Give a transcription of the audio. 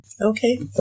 Okay